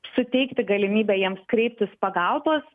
suteikti galimybę jiems kreiptis pagalbos